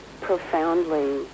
profoundly